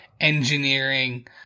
engineering